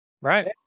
Right